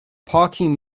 parking